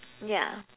yeah